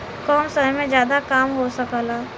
कम समय में जादा काम हो सकला